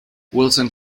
wilson